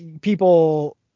people